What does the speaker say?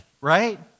right